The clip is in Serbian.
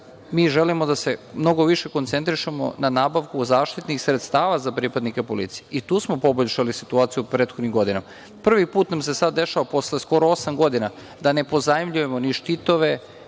želimo da se mnogo više koncentrišemo na nabavku zaštitnih sredstava za pripadnike policije i tu smo poboljšali situaciju u prethodnim godinama. Prvi put nam se sada dešava, posle skoro osam godina, da ne pozajmljujemo ni štitove,